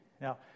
Now